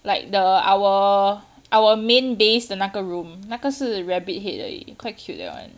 like the our our main base the 那个 room 那个是 rabbit head 的 quite cute that one